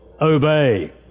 Obey